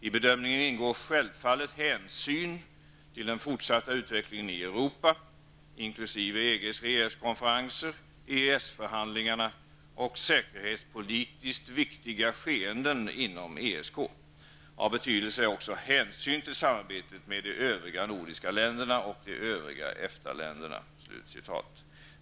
- I bedömningen ingår självfallet hänsyn till den fortsatta utvecklingen i Europa inkl. EGs regeringskonferenser, EES-förhandlingarna och säkerhetspolitiskt viktiga skeenden inom ESK. Av betydelse är också hänsyn till samarbetet med de övriga nordiska länderna och de övriga EFTA länderna.''